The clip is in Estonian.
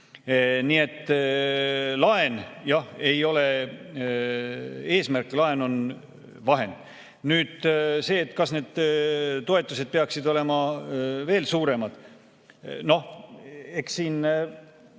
Nii et laen, jah, ei ole eesmärk, laen on vahend. Nüüd see, kas need toetused peaksid olema veel suuremad. Noh, eks see